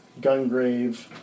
Gungrave